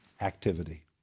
activity